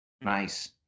Nice